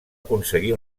aconseguir